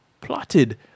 plotted